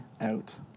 out